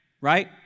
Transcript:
right